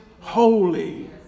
holy